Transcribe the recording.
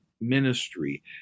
ministry